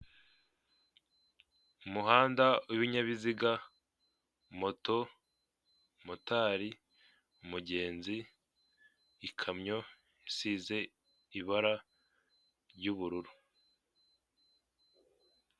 Umuhanda w'ibinyabiziga moto, motari, umugenzi, ikamyo isize ibara ry'ubururu.